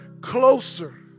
closer